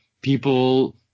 people